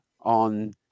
on